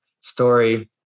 story